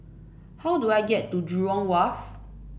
how do I get to Jurong Wharf